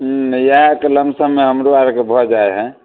हुँ इएहके लमसममे हमरो आओरके भऽ जाए हइ